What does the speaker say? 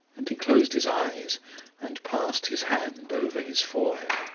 and he closed his eyes and passed his hand over his forehead.